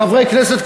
חברי כנסת,